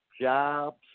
jobs